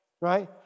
right